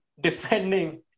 defending